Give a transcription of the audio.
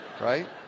right